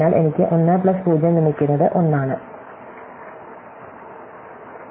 എനിക്ക് 1 പ്ലസ് 0 ലഭിക്കുന്നത് 1 ആണ്